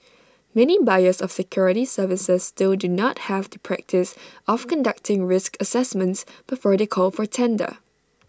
many buyers of security services still do not have the practice of conducting risk assessments before they call for tender